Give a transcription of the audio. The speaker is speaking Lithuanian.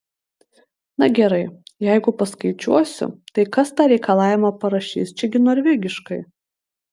na gerai jeigu paskaičiuosiu tai kas tą reikalavimą parašys čia gi norvegiškai